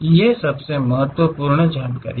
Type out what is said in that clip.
ये सबसे महत्वपूर्ण जानकारी हैं